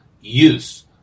use